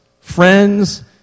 Friends